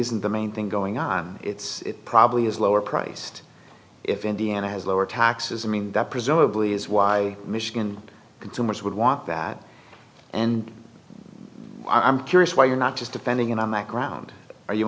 isn't the main thing going on it's probably is lower priced if indiana has lower taxes i mean that presumably is why michigan consumers would want that and i'm curious why you're not just depending in on that ground are you